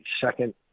second